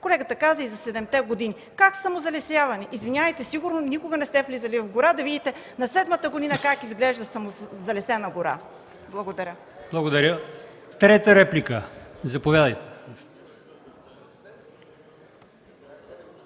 Колегата каза и за седемте години. Как самозалесяване? Извинявайте, сигурно никога не сте влизали в гора да видите на седмата година как изглежда самозалесена гора. Благодаря. ПРЕДСЕДАТЕЛ АЛИОСМАН ИМАМОВ: